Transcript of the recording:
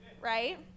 right